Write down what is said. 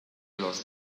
los